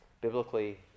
biblically